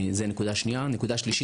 נקודה שלישי,